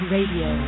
Radio